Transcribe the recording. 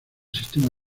sistema